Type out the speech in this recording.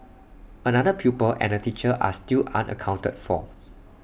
another pupil and A teacher are still unaccounted for